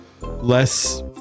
less